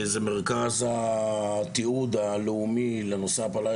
זה מרכז התיעוד הלאומי לנושא העפלה.